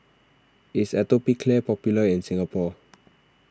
is Atopiclair popular in Singapore